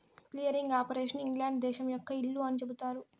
clearing operation England దేశం యొక్క ఇల్లు అని చెబుతారు